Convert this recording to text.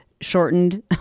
shortened